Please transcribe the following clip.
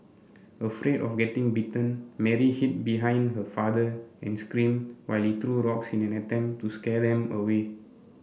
afraid of getting bitten Mary hid behind her father and screamed while he threw rocks in an attempt to scare them away